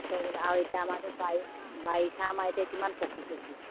কষ্ট আৰু এতিয়া আমাৰ এতিয়া বাৰি বাৰিষা আমাৰ এতিয়া কিমান কচু চচু